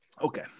okay